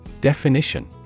Definition